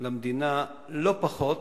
למדינה לא פחות